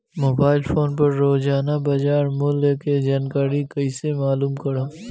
Mobile phone पर रोजाना बाजार मूल्य के जानकारी कइसे मालूम करब?